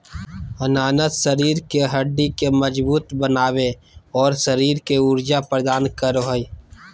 अनानास शरीर के हड्डि के मजबूत बनाबे, और शरीर के ऊर्जा प्रदान करो हइ